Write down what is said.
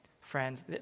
friends